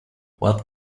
what